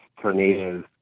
tornadoes